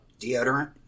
deodorant